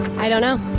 i don't know,